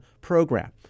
program